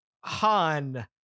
Han